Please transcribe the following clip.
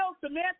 Samantha